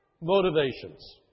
motivations